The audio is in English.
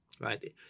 right